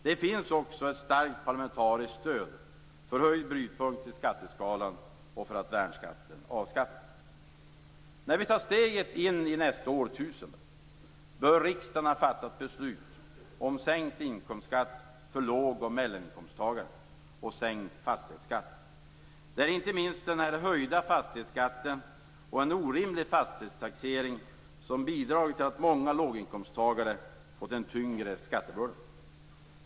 Det finns också ett starkt parlamentariskt stöd för höjd brytpunkt i skatteskalan och avskaffad värnskatt. När vi tar steget in i nästa årtusende bör riksdagen ha fattat beslut om sänkt inkomstskatt för låg och mellaninkomsttagare och sänkt fastighetsskatt. Det är inte minst den höjda fastighetsskatten och en orimlig fastighetstaxering som bidragit till att många låginkomsttagare fått en tyngre skattebörda.